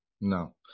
no